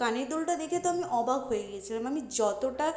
কানের দুলটা দেখে তো আমি অবাক হয়ে গিয়েছিলাম আমি যতোটা